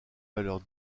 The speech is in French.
valeurs